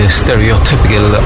stereotypical